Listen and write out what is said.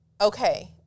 okay